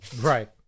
Right